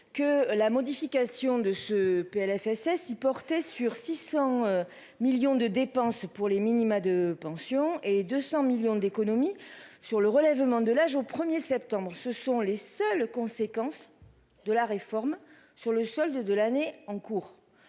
Que la modification de ce Plfss, il portait sur 600 millions de dépenses pour les minima de pension et 200 millions d'économies sur le relèvement de l'âge au 1er septembre, ce sont les seules conséquences de la réforme sur le solde de l'année en cours.